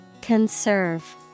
Conserve